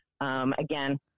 Again